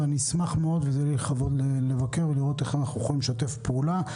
אני אשמח מאוד ויהיה לי לכבוד לבקר ולראות איך אנחנו יכולים לשתף פעולה.